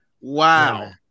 Wow